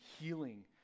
healing